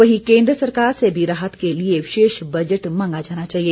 वहीं केंद्र सरकार से भी राहत के लिए विशेष बजट मांगा जाना चाहिए